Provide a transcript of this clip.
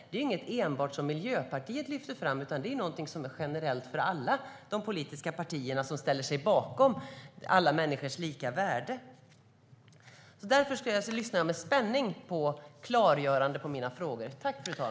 Det är ju inget som enbart Miljöpartiet lyfter fram, utan det är någonting som gäller generellt för alla politiska partier som ställer sig bakom alla människors lika värde. Därför ska jag lyssna med spänning på ett klargörande när det gäller mina frågor.